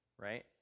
Right